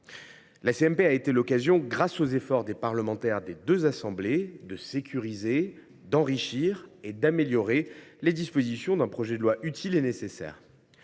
a été l’occasion, grâce aux efforts des parlementaires des deux assemblées, de sécuriser, d’enrichir et d’améliorer les dispositions d’un projet de loi utile et nécessaire.